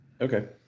Okay